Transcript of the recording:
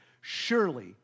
surely